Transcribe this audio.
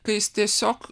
kai jis tiesiog